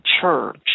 church